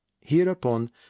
hereupon